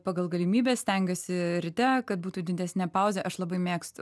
pagal galimybes stengiuosi ryte kad būtų didesnė pauzė aš labai mėgstu